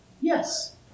Yes